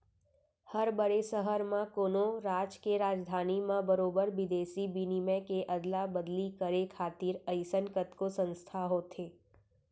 हर बड़े सहर म, कोनो राज के राजधानी म बरोबर बिदेसी बिनिमय के अदला बदली करे खातिर अइसन कतको संस्था होथे